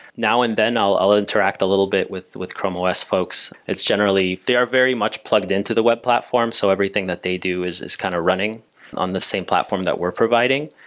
now and then i'll i'll interact a little bit with with chrome os folks. it's generally, they are very much plugged into the web platform, so everything that they do is is kind of running on the same platform that we're providing.